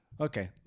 Okay